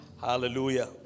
hallelujah